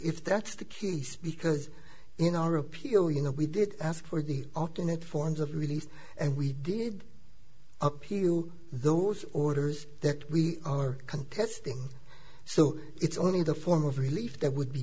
if that's the case because in our appeal you know we did ask for the alternate forms of release and we did appeal those orders that we are contesting so it's only the form of relief that would be